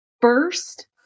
first